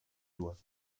doigt